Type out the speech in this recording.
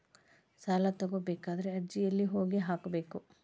ಸಾಲ ತಗೋಬೇಕಾದ್ರೆ ಅರ್ಜಿ ಎಲ್ಲಿ ಹೋಗಿ ಹಾಕಬೇಕು?